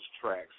tracks